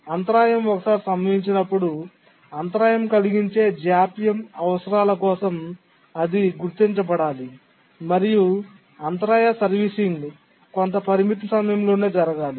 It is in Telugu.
అంతరాయం ఒకసారి సంభవించినప్పుడు అంతరాయం కలిగించే జాప్యం అవసరాల కోసం అది గుర్తించబడాలి మరియు అంతరాయ సర్వీసింగ్ కొంత పరిమిత సమయంలోనే జరగాలి